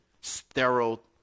sterile